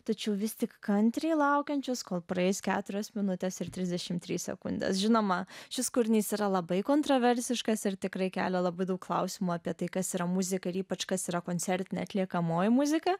tačiau vis tik kantriai laukiančius kol praeis keturios minutės ir trisdešimt trys sekundes žinoma šis kūrinys yra labai kontroversiškas ir tikrai kelia labai daug klausimų apie tai kas yra muzika ypač kas yra koncertine atliekamoje muzika